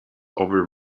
over